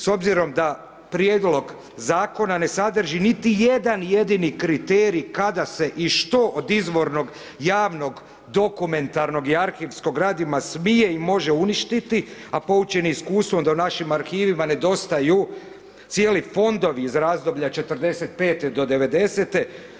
S obzirom da prijedlog zakona ne sadrži niti jedan jedini kriterij kada se i što od izvornog javnog dokumentarnog i arhivskog gradiva smije i može uništiti, a poučeni iskustvom da u našim arhivima nedostaju cijeli fondovi iz razdoblja '45. do '90.